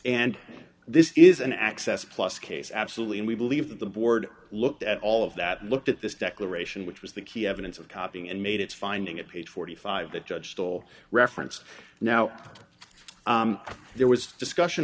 and this is an access plus case absolutely and we believe that the board looked at all of that looked at this declaration which was the key evidence of copying and made its finding it page forty five the judge still referenced now there was discussion